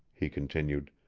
he continued,